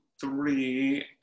three